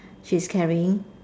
she's carrying